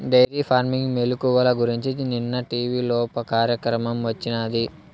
dairy farming మెలుకువల గురించి నిన్న టీవీలోప కార్యక్రమం వచ్చినాది